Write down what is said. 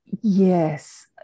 yes